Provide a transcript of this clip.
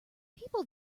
people